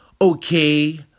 Okay